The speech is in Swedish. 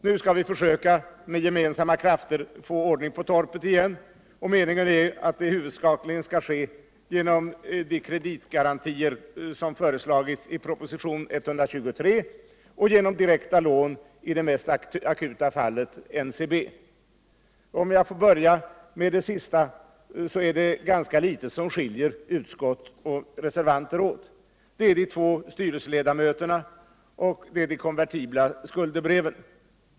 Nu skall vi försöka att med gemensamma krafter få ordning på torpet igen. Meningen är att det huvudsakligen skall ske genom de kreditgarantier som föreslagits i propositionen 123 och genom direkta lån i det mest akuta fallet, NCB. Om jag får börja med det sista så är det ganska litet som skiljer utskottsmajoritet och reservanter åt — det är i fråga om de två statliga styrelseledamöterna och de konvertibla skuldebreven.